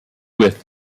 with